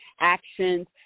actions